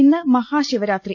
ഇന്ന് മഹാശിവ്രാത്രി